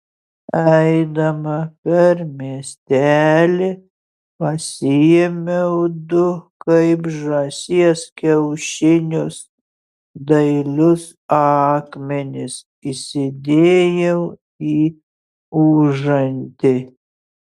eidama per miestelį pasiėmiau du kaip žąsies kiaušinius dailius akmenis įsidėjau į užantį